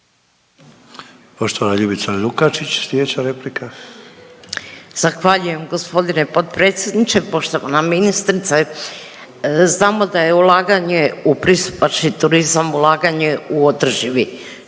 slijedeća replika. **Lukačić, Ljubica (HDZ)** Zahvaljujem gospodine potpredsjedniče, poštovana ministrice. Znamo da je ulaganje u pristupačni turizam, ulaganje u održivi turizam.